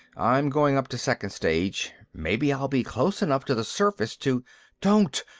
i'm going up to second stage. maybe i'll be close enough to the surface to don't!